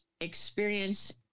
experience